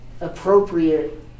appropriate